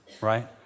right